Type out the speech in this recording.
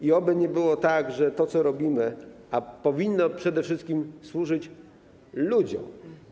I oby nie było tak, że to, co robimy, a co powinno przede wszystkim służyć ludziom.